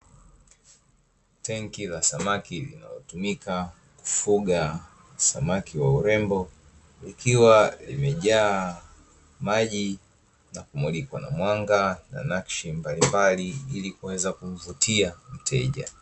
Tenki la samaki linalotumika kufuga samaki wa urembo, likiwa limejaa maji na kumulikwa na mwanga na nakshi mbalimbali, ili kuweza kumvutia wateja.